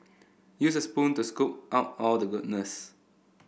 use a spoon to scoop out all the goodness